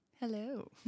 Hello